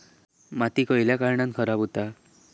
माती खयल्या कारणान खराब हुता?